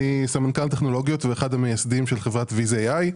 אני סמנכ"ל טכנולוגיות ואחד המייסדים של חברת Viz.ai.